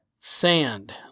sand